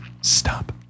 stop